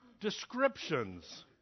descriptions